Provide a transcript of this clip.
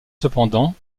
cependant